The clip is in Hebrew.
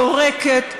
יורקת,